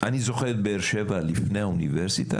אני זוכר את באר שבע לפני האוניברסיטה,